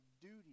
duty